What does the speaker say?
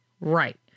Right